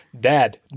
dad